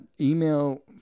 email